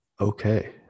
okay